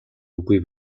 үгүй